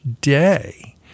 day